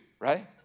right